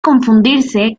confundirse